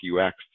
UX